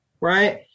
right